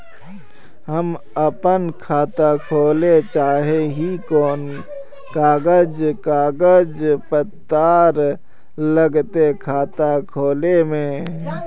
हम अपन खाता खोले चाहे ही कोन कागज कागज पत्तार लगते खाता खोले में?